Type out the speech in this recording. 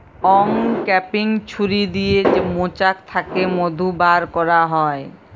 uncapping ছুরি দিয়ে মোচাক থ্যাকে মধু ব্যার ক্যারা হয়